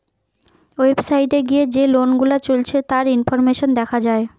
website এ গিয়ে যে লোন গুলা চলছে তার ইনফরমেশন দেখা যায়